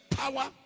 power